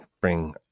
bring